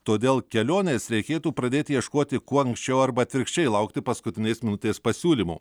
todėl kelionės reikėtų pradėti ieškoti kuo anksčiau arba atvirkščiai laukti paskutinės minutės pasiūlymų